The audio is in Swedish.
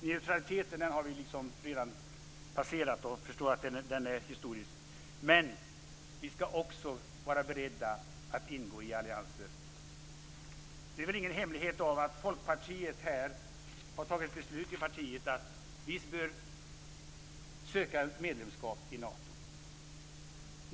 Neutraliteten är passerad och historisk, men vi ska vara beredda att ingå i allianser. Det är väl ingen hemlighet att Folkpartiet har fattat beslut om att stödja ett svenskt medlemskap i Nato.